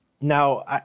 Now